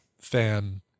fan